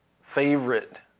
favorite